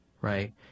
right